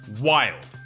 wild